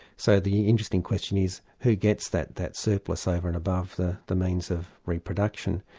so the interesting question is, who gets that that surplus over and above the the means of reproduction?